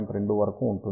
2 వరకు ఉంటుంది